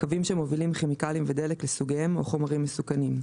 קווים שמובילים כימיקלים ודלק לסוגיהם או חומרים מסוכנים,